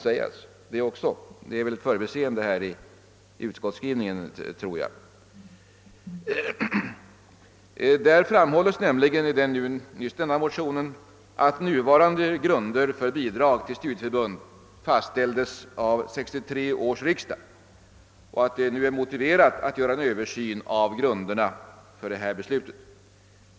Att så ej skett är väl ett förbiseende i utskottsskrivningen. I den sistnämnda motionen framhålls nämligen att nuvarande grunder för bidrag till studieförbund fastställdes av 1963 års riksdag och att det nu är motiverat att göra en översyn av grunderna för detta beslut.